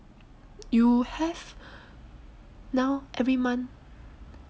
you have now every month